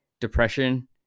depression